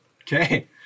Okay